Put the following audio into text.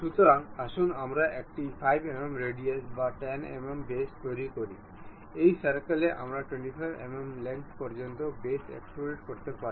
সুতরাং এর জন্য আমাদের এই স্লাইডের কেন্দ্র অক্ষ বরাবর স্লাইড করার জন্য এই বলের কেন্দ্রটি প্রয়োজন